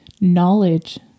knowledge